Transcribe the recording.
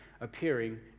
appearing